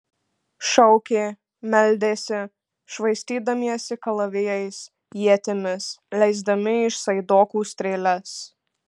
šaukė meldėsi švaistydamiesi kalavijais ietimis leisdami iš saidokų strėles